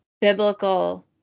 biblical